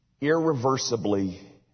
irreversibly